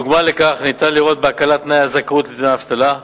דוגמה לכך אפשר לראות בהקלת תנאי הזכאות לדמי אבטלה,